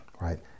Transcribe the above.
right